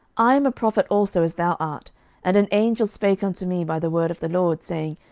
i am a prophet also as thou art and an angel spake unto me by the word of the lord, saying,